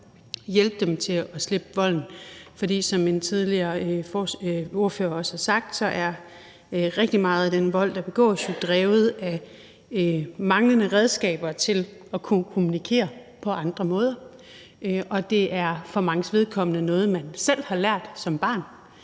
hjælpe dem til at slippe volden. For som en tidligere ordfører også har sagt, er rigtig meget af den vold, der begås, jo drevet af manglende redskaber til at kunne kommunikere på andre måder. Og det er for manges vedkommende noget, man selv har lært som barn